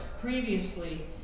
previously